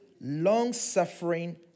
long-suffering